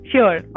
Sure